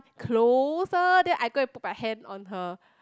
closer then I go and put my hand on her